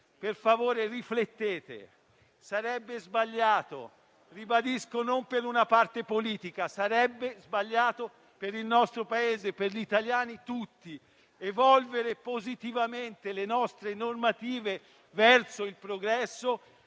per favore riflettete, perché sarebbe sbagliato - ribadisco - non per una parte politica, ma per il nostro Paese, per gli italiani tutti. Far evolvere positivamente le nostre normative verso il progresso